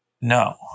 No